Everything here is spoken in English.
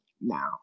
now